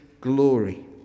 glory